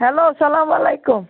hello اسلامُ علیکُم